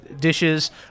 dishes